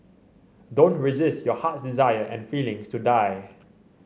don't resist your heart's desire and feelings to die